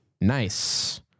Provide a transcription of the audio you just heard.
Nice